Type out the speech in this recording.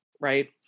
right